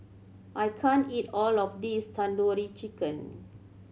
I can't eat all of this Tandoori Chicken